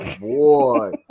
Boy